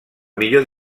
millor